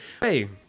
hey